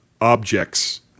objects